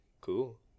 Cool